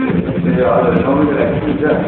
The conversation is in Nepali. ए हजुर हजुर नौ बजी आइपुग्नु हुन्छ